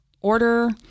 order